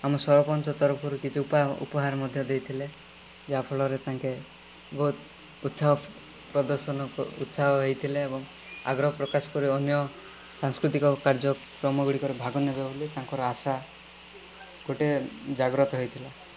ଆମ ସରପଞ୍ଚ ତରଫରୁ କିଛି ଉପାୟ ଉପହାର ମଧ୍ୟ ଦେଇଥିଲେ ଯାହାଫଳରେ ତାଙ୍କେ ବହୁତ ଉତ୍ସାହ ପ୍ରଦର୍ଶନ ଉତ୍ସାହ ହୋଇଥିଲେ ଏବଂ ଆଗ୍ରହ ପ୍ରକାଶ କରି ଅନ୍ୟ ସାସ୍କୃତିକ କାର୍ଯ୍ୟକ୍ରମ ଗୁଡ଼ିକରେ ଭାଗ ନେବେ ବୋଲି ତାଙ୍କର ଆଶା ଗୋଟେ ଜାଗ୍ରତ ହୋଇଥିଲା